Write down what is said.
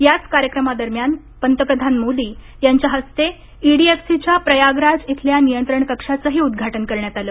याच कार्यक्रमादरम्यान पंतप्रधान मोदी यांच्या हस्ते ईडीएफसीच्या प्रयागराज इथल्या नियंत्रण कक्षाचंही उद्घाटन करण्यात आलं